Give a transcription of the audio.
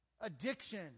addiction